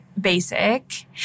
basic